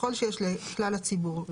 כפי שיש לכלל הציבור.